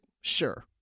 sure